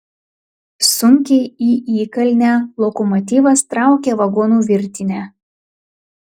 sunkiai į įkalnę lokomotyvas traukia vagonų virtinę